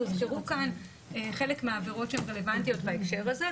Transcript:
והוזכרו כאן חלק מהעבירות שרלוונטיות בהקשר הזה.